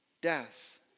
death